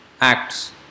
acts